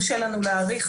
קשה לנו להעריך,